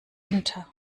unter